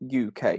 uk